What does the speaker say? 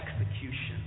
execution